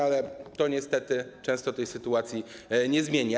Ale to niestety często sytuacji nie zmienia.